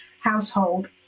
household